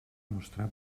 mostrar